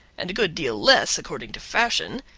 and a good deal less according to fashion,